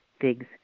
figs